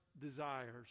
desires